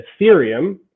ethereum